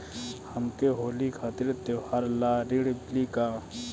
हमके होली खातिर त्योहार ला ऋण मिली का?